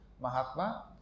Mahatma